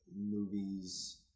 movies